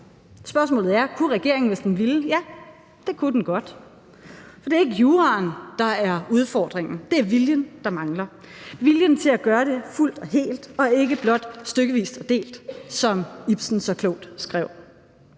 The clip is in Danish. Spørgsmålet er: Kunne regeringen, hvis den ville? Ja, det kunne den godt. For det er ikke juraen, der er udfordringen, det er viljen, der mangler – viljen til at gøre det fuldt og helt og ikke blot stykkevis og delt, som Ibsen så klogt skrev.